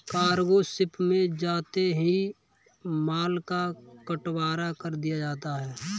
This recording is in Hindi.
कार्गो शिप में जाते ही माल का बंटवारा कर दिया जाता है